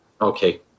okay